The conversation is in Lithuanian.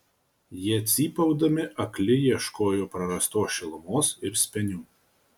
jie cypaudami akli ieškojo prarastos šilumos ir spenių